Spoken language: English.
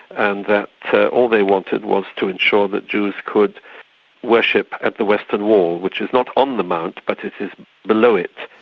and that all they wanted was to ensure that jews could worship at the western wall, which is not on the mount, but it is below it.